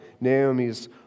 Naomi's